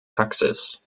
taxis